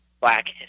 Black